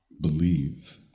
believe